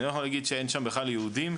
אני לא יכול להגיד שאין שם בכלל יהודים.